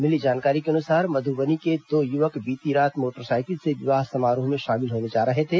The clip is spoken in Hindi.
मिली जानकारी के अनुसार मधुबनी के दो युवक बीती रात मोटरसाइकिल से विवाह समारोह में शामिल होने जा रहे थे